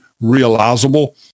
realizable